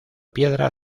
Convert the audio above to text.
piedra